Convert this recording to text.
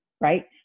right